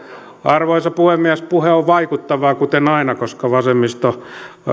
arvoisa puhemies puhe on vaikuttavaa kuten aina koska vasemmisto